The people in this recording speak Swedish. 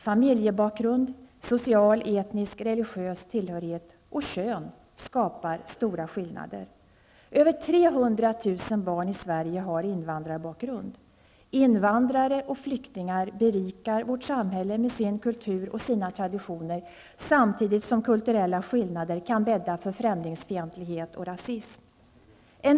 Familjebakgrund, social, etnisk och religiös tillhörighet och kön skapar stora skillnader. Över Invandrare och flyktingar berikar vårt samhälle med sin kultur och sina traditioner, samtidigt som kulturella skillnader kan bädda för främlingsfientlighet och rasism.